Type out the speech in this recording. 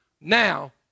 now